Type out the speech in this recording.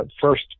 first